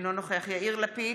אינו נוכח יאיר לפיד,